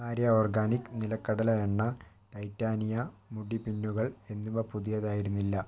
Arya organic നിലക്കടല എണ്ണ ടൈറ്റാനിയ മുടി പിന്നുകൾ എന്നിവ പുതിയതായിരുന്നില്ല